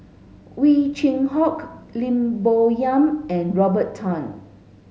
Ow Chin Hock Lim Bo Yam and Robert Tan